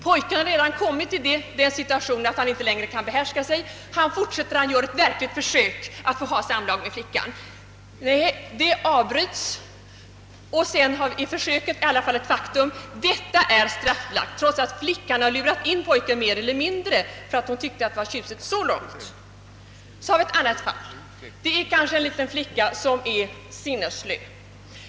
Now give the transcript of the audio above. Pojken har redan kommit till det stadiet att han inte längre kan behärska sig, och han gör ett verkligt försök att få samlag med flickan. Det avbryts, men försöket är i alla fall ett faktum. Detta är straffbelagt, trots att flickan mer eller mindre har lurat in pojken på det därför att hon tyckte att det var tjusigt så långt. Sedan har vi ett annat fall. Det kanske är en liten flicka som är sinnesslö.